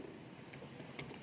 Hvala.